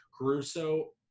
Caruso